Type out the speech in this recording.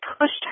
pushed